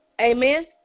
Amen